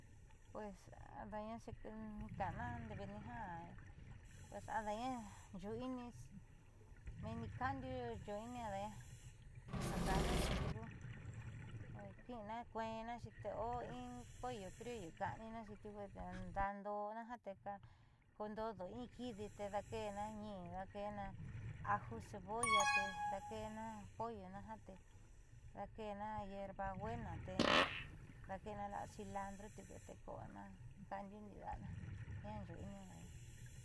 Pues ada'año hika'ana ndeeve'etni ja ada'aña yuui'ini meenni kaandiu yuui'ina ada'aña ja ka'ajnaxi tiuku kiina kueennaxi o in pollo criollo ka'aninaaxi tiuku ndaadoonaja te kuundoodo in kidi te daake'ena ñiin, daake'ena ajo, cebolla te daake'ena pollona ja te daake'ena hierbabuena te daake'ena la'a cilantro te ko'ana kaandiu ndii da'ana, jiaa yuui'ini ada'aña.